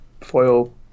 foil